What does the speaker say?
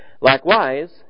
Likewise